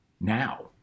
now